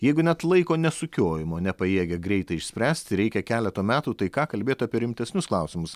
jeigu net laiko nesukiojimo nepajėgia greitai išspręsti reikia keleto metų tai ką kalbėt apie rimtesnius klausimus